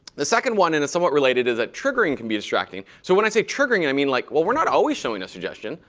the second one, and is somewhat related, is that triggering can be distracting. so when i say triggering i mean like, well, we're not always showing a suggestion.